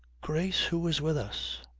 grace, who is with us